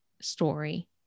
story